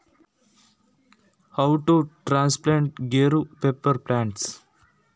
ಗೇರುತಳಿ, ಕಾಳು ಮೆಣಸಿನ ಗಿಡಗಳನ್ನು ಕಸಿ ಮಾಡುವುದು ಹೇಗೆ?